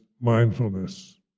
mindfulness